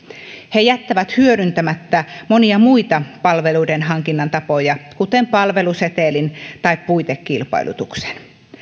he jättävät hyödyntämättä monia muita palveluiden hankinnan tapoja kuten palvelusetelin tai puitekilpailutuksen